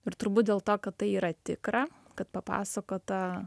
ir turbūt dėl to kad tai yra tikra kad papasakota